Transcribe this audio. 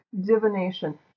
divination